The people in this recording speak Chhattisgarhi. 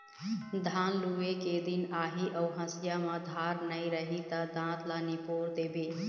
धान लूए के दिन आही अउ हँसिया म धार नइ रही त दाँत ल निपोर देबे